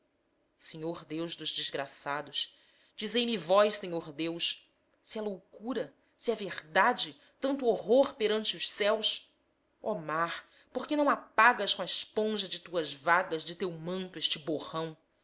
senhor deus dos desgraçados dizei-me vós senhor deus se é loucura se é verdade tanto horror perante os céus ó mar por que não apagas co'a esponja de tuas vagas de teu manto este borrão